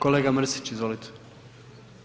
Kolega Mrsić, izvolite.